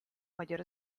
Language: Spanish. mayor